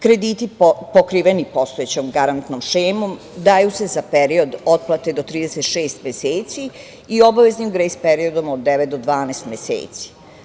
Krediti pokriveni postojećom garantnom šemom daju se za period otplate do 36 meseci i obaveznim grejs periodom od devet do 12 meseci.